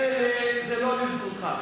זה לא לזכותך.